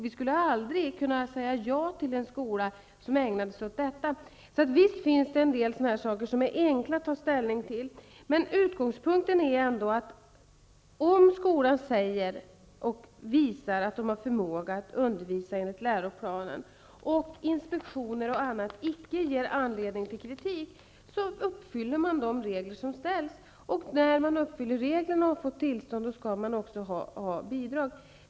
Vi skulle aldrig kunna säga ja till en skola som ägnade sig åt det, så visst finns det en del sådana saker som det är lätt att ta ställning till. Men utgångspunkten är ändå att om skolan visar att man har förmåga att undervisa enligt läroplanen och om inspektioner och annat icke ger anledning till kritik uppfyller man de krav som ställs. När man uppfyller kraven och får tillstånd skall man också ha bidrag.